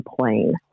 plane